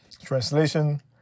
Translation